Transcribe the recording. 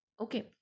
okay